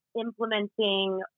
implementing